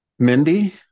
Mindy